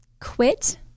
quit